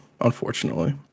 unfortunately